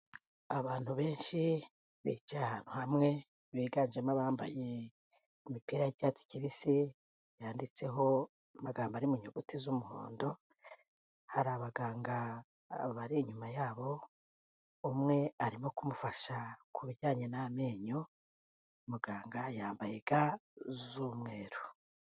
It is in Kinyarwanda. Abantu benshi, bicaye ahantu hamwe, biganjemo abambaye imipira'icyatsi kibisi, yanditseho amagambo ari mu nyuguti z'umuhondo, hari abaganga bari inyuma yabo ,umwe arimo kumufasha ku bijyanye n'amenyo, muganga yambaye ga z'umweru.